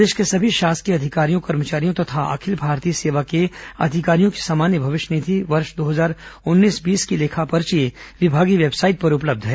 प्रदेश के सभी शासकीय अधिकारियों कर्मचारियों तथा अखिल भारतीय सेवा के अधिकारियों की सामान्य भविष्य निधि की वर्ष दो हजार उन्नीस बीस की लेखापर्ची विभागीय वेबसाइट पर उपलब्ध है